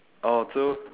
oh so